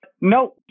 No